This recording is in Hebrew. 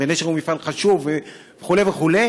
ונשר הוא מפעל חשוב וכו' וכו',